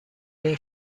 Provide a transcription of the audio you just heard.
این